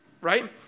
right